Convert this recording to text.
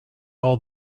all